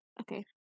Okay